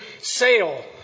sail